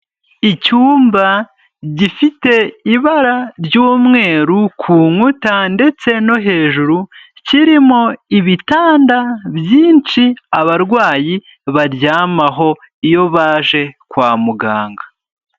Icyumba gifite ibara ry'umweru ku nkuta ndetse no hejuru, kirimo ibitanda byinshi abarwayi baryamaho iyo baje kwa muganga.